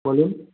বলুন